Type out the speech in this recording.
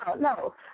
no